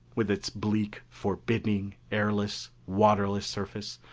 with its bleak, forbidding, airless, waterless surface,